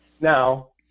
Now